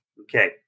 Okay